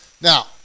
Now